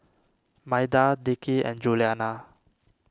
Maida Dickie and Juliana